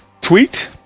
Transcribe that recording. tweet